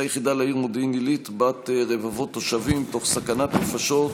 יחידה לעיר מודיעין עילית בת רבבות התושבים תוך סכנת נפשות,